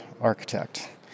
architect